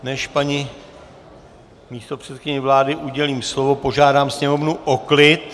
Než paní místopředsedkyni vlády udělím slovo, požádám sněmovnu o klid!